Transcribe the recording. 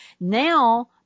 now